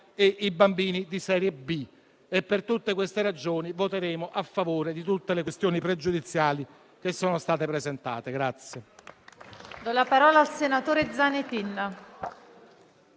A e bambini di serie B. Per tutte queste ragioni, voteremo a favore di tutte le questioni pregiudiziali che sono state presentate.